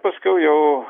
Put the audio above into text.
paskiau jau